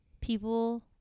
people